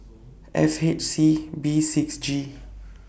F H C B six G